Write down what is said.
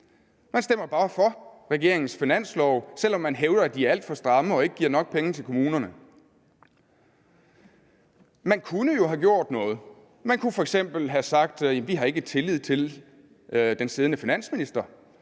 Man stemmer bare for regeringens finanslove, selv om man hævder, at de er alt for stramme og ikke giver penge nok til kommunerne. Man kunne jo have gjort noget. Man kunne f.eks. have sagt: Vi har ikke tillid til den siddende finansminister,